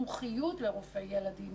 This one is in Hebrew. מומחיות לרופא ילדים,